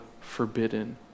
forbidden